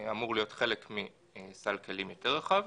אמור להיות חלק מסל כלים יותר רחב,